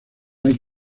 hay